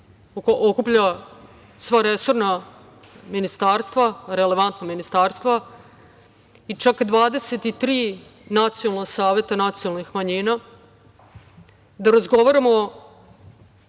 okuplja sva resorna ministarstva, relevantna ministarstva i čak 23 nacionalna saveta nacionalnih manjina, da razgovaramo